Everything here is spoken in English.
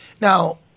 Now